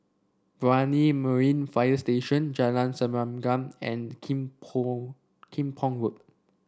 Brani Marine Fire Station Jalan Serengam and Kim Pong Kim Pong Road